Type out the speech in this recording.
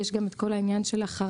יש גם את כל העניין של החרקים,